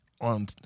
on